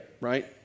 right